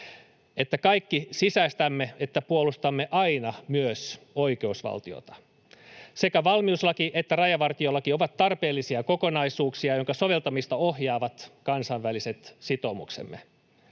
kaikki sisäistämme sen, että puolustamme aina myös oikeusvaltiota. Sekä valmiuslaki että rajavartiolaki ovat tarpeellisia kokonaisuuksia, joiden soveltamista ohjaavat kansainväliset sitoumuksemme.